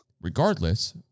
regardless